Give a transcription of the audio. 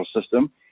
system